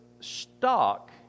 stock